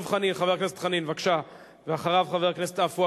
חבר הכנסת דב חנין,